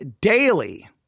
daily